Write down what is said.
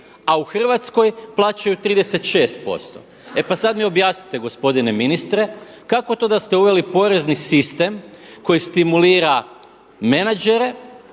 a u Hrvatskoj plaćaju 36%. E pa sada mi objasnite gospodine ministre. Kako to da ste uveli porezni sistem koji stimulira menadžere